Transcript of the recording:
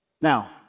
Now